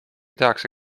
tehakse